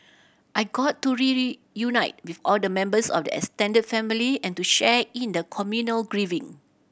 I got to unite with all the members of the extended family and to share in the communal grieving